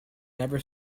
never